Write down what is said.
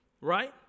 right